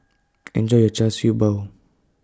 Enjoy your Char Siew Bao